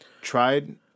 tried